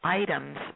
items